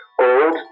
Old